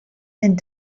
and